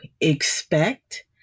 expect